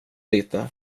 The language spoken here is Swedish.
lite